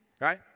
Right